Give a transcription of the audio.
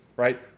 right